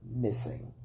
missing